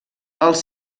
els